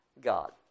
God